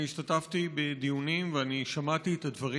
אני השתתפתי בדיונים ואני שמעתי את הדברים.